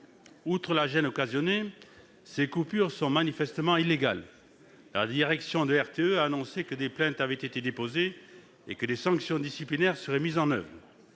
outre la gêne qu'elles occasionnent, ces coupures sont manifestement illégales. La direction de RTE a annoncé que des plaintes avaient été déposées et que des sanctions disciplinaires seraient mises en oeuvre.